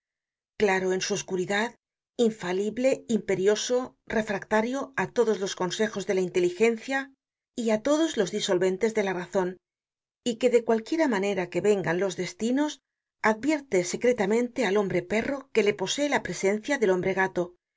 claro en su oscuridad infalible imperioso refractario á todos los consejos de la inteligencia y á todos los disolventes de la razon y que de cualquiera manera que vengan los destinos advierte secretamente al hombre perro que le posee la presencia del